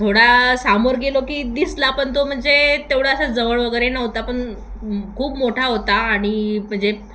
थोडा समोर गेलो की दिसला पण तो म्हणजे तेवढं असं जवळ वगैरे नव्हता पण खूप मोठा होता आणि म्हणजे